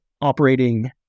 operating